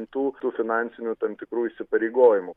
kitų tų finansinių tam tikrų įsipareigojimų